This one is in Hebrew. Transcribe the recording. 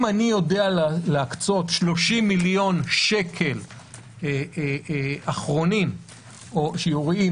אני יודע להקצות 30 מיליון שקל אחרונים או שיוריים